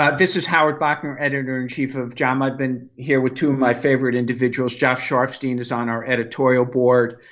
ah this is howard bauchner editor in chief of jama. i've been here with two of my favorite individuals joshua sharfstein is on our editorial board